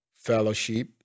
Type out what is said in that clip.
fellowship